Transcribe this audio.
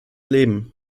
leben